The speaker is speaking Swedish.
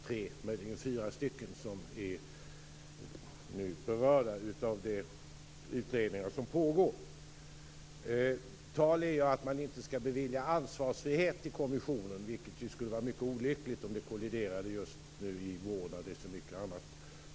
Tre, möjligen fyra, är nu berörda av de utredningar som pågår. Det är tal om att man inte skall bevilja kommissionen ansvarsfrihet, och det skulle vara mycket olyckligt om det sker just i vår, när EU skall ta itu med så mycket annat.